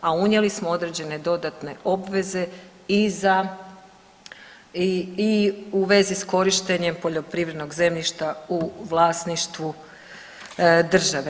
A unijeli smo određene dodatne obveze i u vezi s korištenjem poljoprivrednog zemljišta u vlasništvu države.